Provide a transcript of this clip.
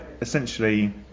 essentially